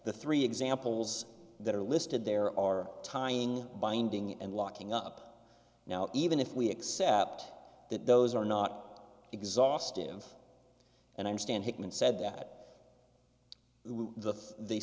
the three examples that are listed there are tying binding and locking up now even if we accept that those are not exhaustive and understand hickman said that the